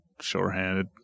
shorthanded